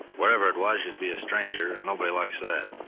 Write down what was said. wherever it was you'd be a stranger and nobody likes that.